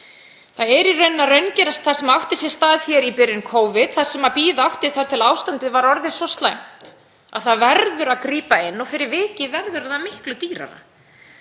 Það er í rauninni að raungerast það sem átti sér stað hér í byrjun Covid þar sem bíða átti þar til ástandið var orðið svo slæmt að það varð að grípa inn í og fyrir vikið varð það miklu dýrara.